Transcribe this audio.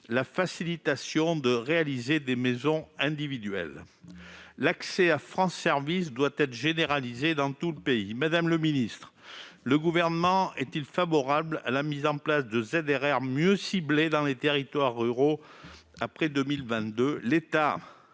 de faciliter la réalisation de maisons individuelles. L'accès à France Services doit être généralisé dans tout le pays. Le Gouvernement est-il favorable à la mise en place de ZRR mieux ciblées dans les territoires ruraux après 2022 ?